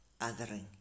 othering